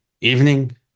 evening